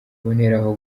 aboneraho